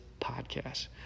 podcast